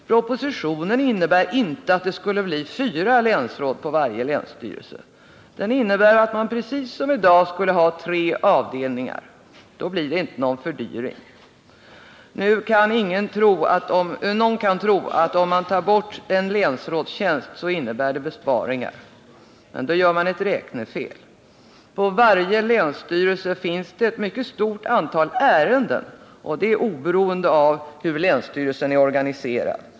Propositionen innebär inte att det skulle bli fyra länsråd på varje länsstyrelse. Den innebär att man precis som i dag skulle ha tre avdelningar. Då blir det inte någon fördyring. Någon kan tro att om man tar bort en länsrådstjänst så innebär det besparingar. Men då gör man ett räknefel. På varje länsstyrelse finns det ett mycket stort antal ärenden, och det oberoende av hur länsstyrelsen är organiserad.